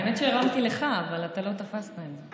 האמת שהרמתי לך, אבל אתה לא תפסת את זה.